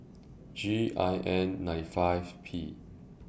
G I N nine five P